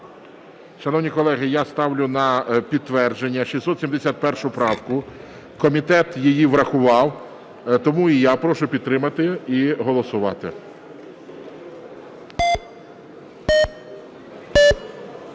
Шановні колеги, я ставлю на підтвердження 671 правку. Комітет її врахував. Тому і я прошу підтримати і голосувати.